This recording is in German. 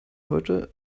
heute